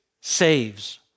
saves